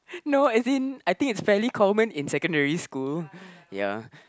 no as in I think is fairly common in secondary school ya